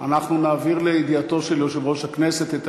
אנחנו נעביר לידיעתו של יושב-ראש הכנסת את